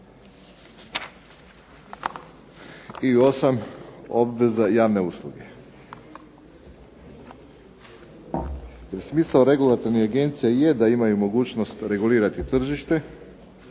i 8. – Obveza javne usluge. Smisao regulatornih agencija je da imaju mogućnost regulirati tržište,